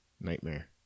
nightmare